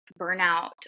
burnout